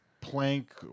Plank